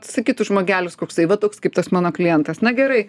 sakytų žmogelis koksai va toks kaip tas mano klientas na gerai